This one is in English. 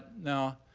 now,